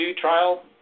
trial